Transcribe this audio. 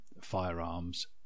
firearms